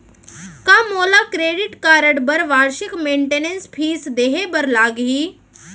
का मोला credit card बर वार्षिक मेंटेनेंस फीस देहे बर लागही?